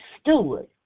steward